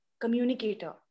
communicator